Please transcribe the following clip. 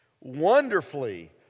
Wonderfully